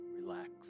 Relax